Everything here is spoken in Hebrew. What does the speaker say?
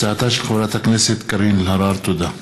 תודה.